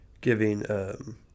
giving